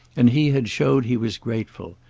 and he had showed he was grateful,